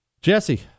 Jesse